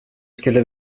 skulle